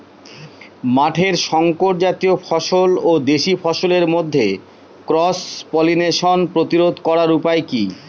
মাঠের শংকর জাতীয় ফসল ও দেশি ফসলের মধ্যে ক্রস পলিনেশন প্রতিরোধ করার উপায় কি?